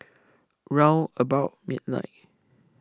round about midnight